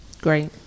Great